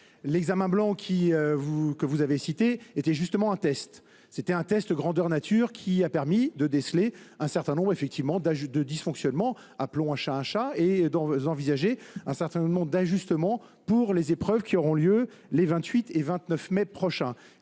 L’examen blanc que vous avez mentionné était un test grandeur nature. Il a permis de déceler un certain nombre de dysfonctionnements – appelons un chat un chat – et d’envisager un certain nombre d’ajustements pour les épreuves qui auront lieu les 28 et 29 mai prochain.